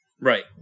Right